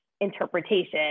interpretation